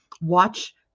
watch